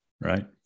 right